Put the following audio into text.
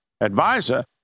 advisor